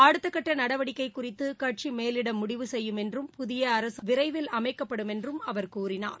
அடுத்தக்கட்ட நடவடிக்கை குறித்து கட்சி மேலிடம் முடிவு செய்யும் என்றும் புதிய அரச விரைவில் அமைக்கப்படும் என்றும் அவர் கூறினார்